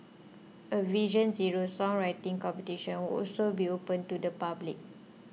a Vision Zero songwriting competition will also be open to the public